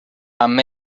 amb